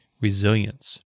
resilience